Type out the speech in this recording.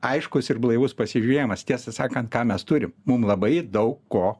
aiškus ir blaivus pasižiūrėjimas tiesą sakant ką mes turim mum labai daug ko